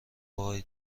وای